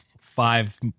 five